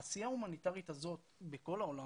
העשייה ההומניטרית הזאת בכל העולם,